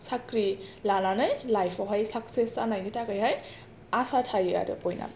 साख्रि लानानै लाइफ आवहाय साकसेस जानायनि थाखाय हाय आसा थायो आरो बयनाबो